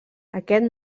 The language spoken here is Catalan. aquest